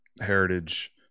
heritage